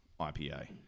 IPA